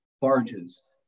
barges